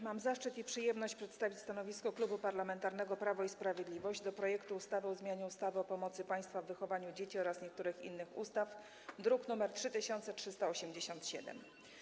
Mam zaszczyt i przyjemność przedstawić stanowisko Klubu Parlamentarnego Prawo i Sprawiedliwość wobec projektu ustawy o zmianie ustawy o pomocy państwa w wychowaniu dzieci oraz niektórych innych ustaw, druk nr 3387.